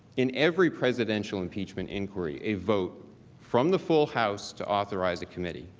in every presidential impeachment inquiry a vote from the full house to authorize a committee.